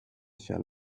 shell